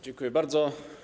Dziękuję bardzo.